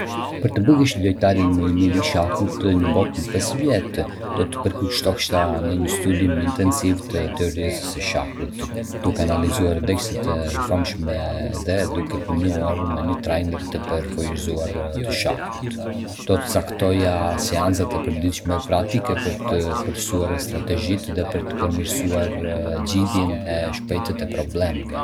Për të bëhesh lojtari më i mirë i shahut në botë në pesë vjet, do të përkushtohesha në një studim intensiv të teorisë së shahut, duke analizuar ndeshje të famshme dhe duke punuar me një trajner të përvojësuar të shahut. Do të caktoja seanca të përditshme praktike për të përsosur strategjitë dhe për të përmirësuar zgjidhjen e shpejtë të problemeve.